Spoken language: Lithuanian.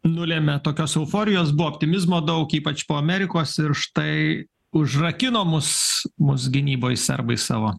nulėmė tokios euforijos buvo optimizmo daug ypač po amerikos ir štai užrakino mus mus gynyboj serbai savo